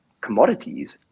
commodities